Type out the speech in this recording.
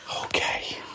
Okay